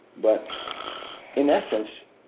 but in essence,